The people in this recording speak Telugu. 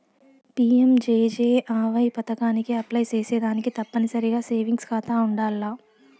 పి.యం.జే.జే.ఆ.వై పదకానికి అప్లై సేసేదానికి తప్పనిసరిగా సేవింగ్స్ కాతా ఉండాల్ల